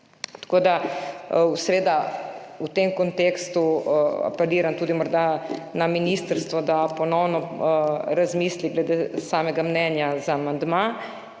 Tako da seveda v tem kontekstu apeliram tudi morda na ministrstvo, da ponovno razmisli glede samega mnenja za amandma